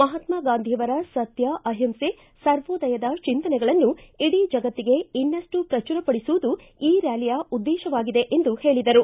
ಮಹಾತ್ಸಾ ಗಾಂಧಿಯವರ ಸತ್ಯ ಅಹಿಂಸೆ ಸರ್ವೋದಯದ ಚಿಂತನೆಗಳನ್ನು ಇಡೀ ಜಗತ್ತಿಗೆ ಇನ್ನಷ್ಟು ಪ್ರಚುರ ಪಡಿಸುವುದು ಈ ರ್ಕಾಲಿಯ ಉದ್ದೇಶವಾಗಿದೆ ಎಂದು ಹೇಳಿದರು